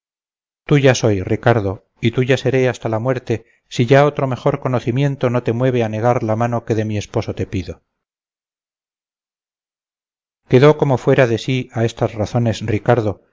agradecida tuya soy ricardo y tuya seré hasta la muerte si ya otro mejor conocimiento no te mueve a negar la mano que de mi esposo te pido quedó como fuera de sí a estas razones ricardo